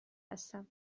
هستم